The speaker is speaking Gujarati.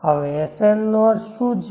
હવે Sn નો અર્થ શું છે